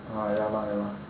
ah ya lah ya lah